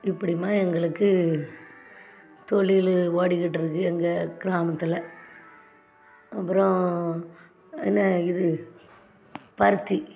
இப்படியுமா எங்களுக்கு தொழில் ஓடிக்கிட்டு இருக்குது எங்கள் கிராமத்தில் அப்புறம் என்ன இது பருத்தி